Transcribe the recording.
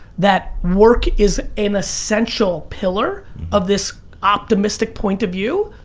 that work is an essential pillar of this optimistic point of view,